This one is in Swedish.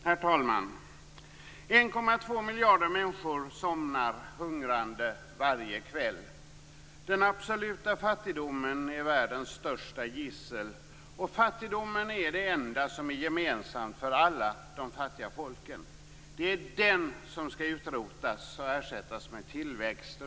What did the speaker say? Herr talman! 1,2 miljarder människor somnar hungrande varje kväll. Den absoluta fattigdomen är världens största gissel. Fattigdomen är det enda som är gemensamt för alla de fattiga folken. Det är den som skall utrotas och ersättas med tillväxt.